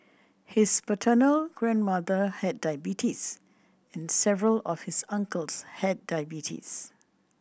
his paternal grandmother had diabetes and several of his uncles had diabetes